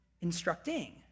instructing